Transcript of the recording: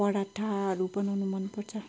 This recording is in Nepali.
पराठाहरू बनाउनु मनपर्छ